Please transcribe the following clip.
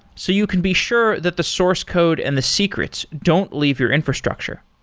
so you can be sure that the source code and the secrets don't leave your infrastructure.